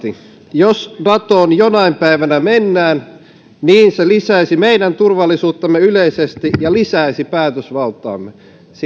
jos natoon jonain päivänä mennään se lisäisi meidän turvallisuuttamme yleisesti ja lisäisi päätösvaltaamme